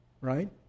Right